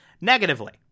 negatively